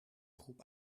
groep